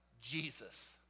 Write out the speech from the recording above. Jesus